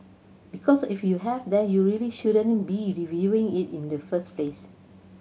because if you have then you really shouldn't be reviewing it in the first place